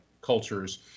cultures